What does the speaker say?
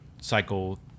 cycle